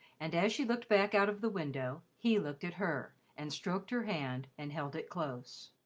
and as she looked back out of the window, he looked at her and stroked her hand and held it close.